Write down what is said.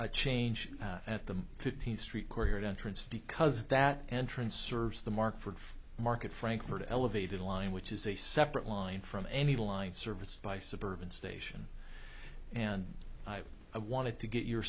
a change at the fifteenth street corner entrance because that entrance serves the mark for market frankford elevated line which is a separate line from any line service by suburban station and i wanted to get your